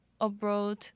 abroad